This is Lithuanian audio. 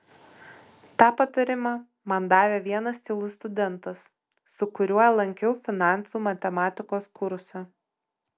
tą patarimą man davė vienas tylus studentas su kuriuo lankiau finansų matematikos kursą